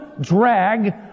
drag